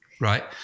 Right